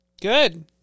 Good